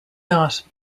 not